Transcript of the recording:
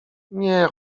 nie